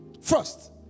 first